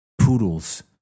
poodles